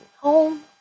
home